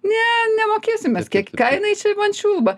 ne nemokėsim mes kiek ką jinai čia man čiulba